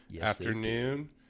afternoon